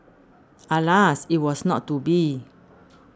alas it was not to be